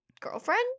girlfriend